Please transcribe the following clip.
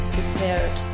prepared